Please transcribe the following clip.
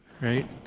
right